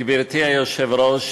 גברתי היושבת-ראש,